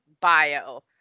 bio